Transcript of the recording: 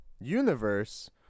universe